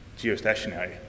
geostationary